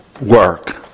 work